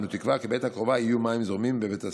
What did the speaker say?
ואנו תקווה כי בעת הקרובה יהיו מים זורמים בבית הספר,